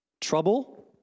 Trouble